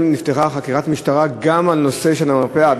בעצם נפתחה חקירת משטרה גם על הנושא של המרפאה,